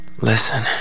Listen